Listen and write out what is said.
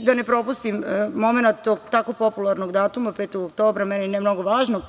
Da ne propustim momenat tako popularnog datuma 5. oktobra, meni ne mnogo važnog,